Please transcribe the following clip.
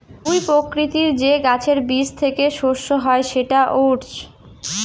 জুঁই প্রকৃতির যে গাছের বীজ থেকে শস্য হয় সেটা ওটস